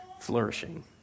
flourishing